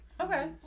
okay